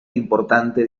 importante